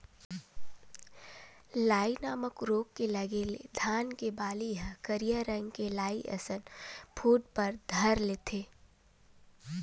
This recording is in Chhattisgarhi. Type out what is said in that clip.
लाई नामक रोग के लगे ले धान के बाली ह करिया रंग के लाई असन फूट बर धर लेथे